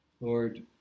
Lord